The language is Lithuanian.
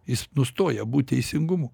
jis nustoja būt teisingumu